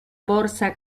borsa